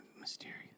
Mysterious